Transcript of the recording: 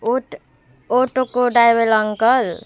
ओट अटोको driver uncle